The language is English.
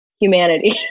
humanity